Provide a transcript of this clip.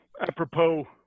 Apropos –